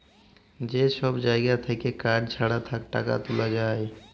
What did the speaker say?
যে সব জাগা থাক্যে কার্ড ছাড়া টাকা তুলা যায়